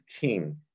king